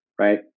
right